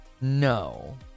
no